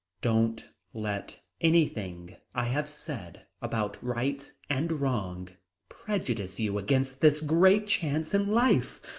don't let anything i have said about right and wrong prejudice you against this great chance in life.